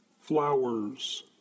flowers